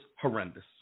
horrendous